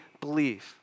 believe